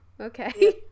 okay